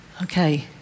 Okay